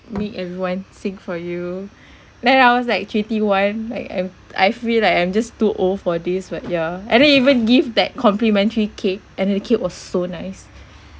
make everyone sing for you then I was like treaty one like I'm I feel like I am just too old for this what yeah and then even give that complimentary cake and then the cake was so nice